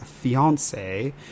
fiance